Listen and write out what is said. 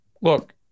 Look